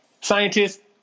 scientists